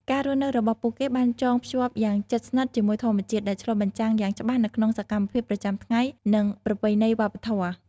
ការរស់នៅរបស់ពួកគេបានចងភ្ជាប់យ៉ាងជិតស្និទ្ធជាមួយធម្មជាតិ ដែលឆ្លុះបញ្ចាំងយ៉ាងច្បាស់នៅក្នុងសកម្មភាពប្រចាំថ្ងៃ និងប្រពៃណីវប្បធម៌។